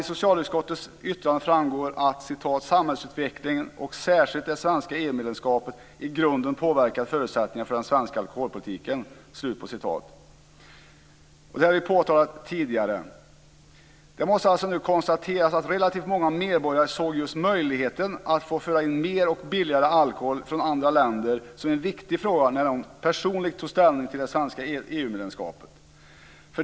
I socialutskottets yttrande framgår att "samhällsutvecklingen och särskilt det svenska EU medlemskapet i grunden påverkat förutsättningarna för den svenska alkoholpolitiken". Detta har vi påtalat tidigare. Det måste nu konstateras att relativt många medborgare såg just möjligheten att få föra in mer och billigare alkohol från andra länder som en viktig fråga när de personligen tog ställning till det svenska EU medlemskapet.